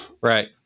right